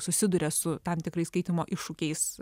susiduria su tam tikrais skaitymo iššūkiais